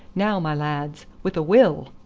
now, my lads with a will!